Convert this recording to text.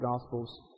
Gospels